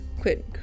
Quit